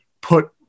put